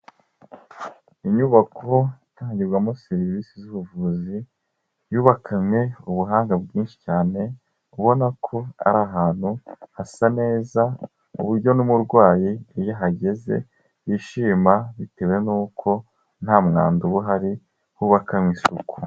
Inyubako itangirwamo serivisi z'ubuvuzi, yubakanywe ubuhanga bwinshi cyane, ubona ko ari ahantu hasa neza, ku buryo n'umurwayi iyo ahageze yishima bitewe nuko nta mwanda uba uhari hubakaywe isuku.